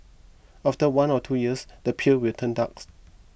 after one or two years the peel will turn darks